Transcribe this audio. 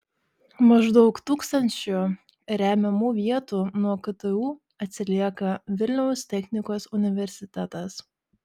maždaug tūkstančiu remiamų vietų nuo ktu atsilieka vilniaus technikos universitetas